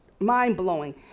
mind-blowing